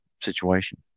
situation